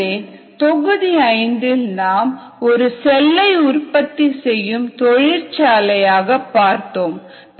எனவே தொகுதி 5 இல் நாம் ஒரு செல்லை உற்பத்தி செய்யும் தொழிற்சாலையாக பார்த்தோம்